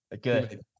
good